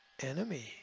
enemy